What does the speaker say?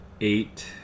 Eight